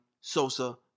Sosa